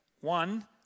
One